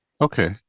Okay